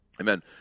Amen